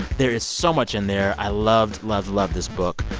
there is so much in there. i loved, loved, loved this book.